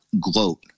gloat